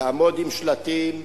לעמוד עם שלטים,